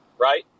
right